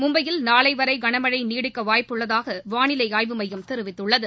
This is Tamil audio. மும்பையில் நாளைவரை கனமழை நீடிக்க வாய்ப்பு உள்ளதாக வாளிலை ஆய்வு மையம் தெரிவித்துள்ளது